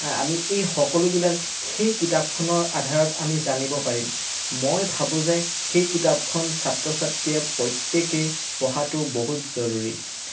আমি এই সকলোবিলাক সেই কিতাপখনৰ আধাৰত আমি জানিব পাৰিম মই ভাবো যে সেই কিতাপখন ছাত্ৰ ছাত্ৰীয়ে প্ৰত্যেকেই পঢ়াটো বহুত জৰুৰী